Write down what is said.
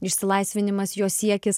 išsilaisvinimas jo siekis